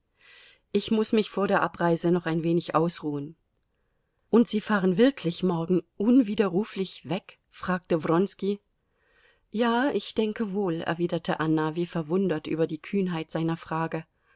ich muß mich vor der abreise noch ein wenig ausruhen und sie fahren wirklich morgen unwiderruflich weg fragte wronski ja ich denke wohl erwiderte anna wie verwundert über die kühnheit seiner frage